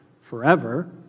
forever